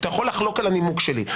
אתה יכול לחלוק על הנימוק שלי,